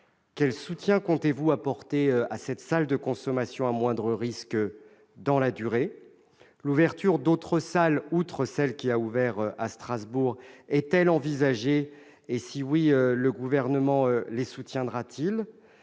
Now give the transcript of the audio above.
Quel soutien comptez-vous apporter à cette salle de consommation à moindre risque dans la durée ? L'ouverture d'autres salles, outre celle qui a vu le jour à Strasbourg, est-elle envisagée ? Si oui, le Gouvernement soutiendra-t-il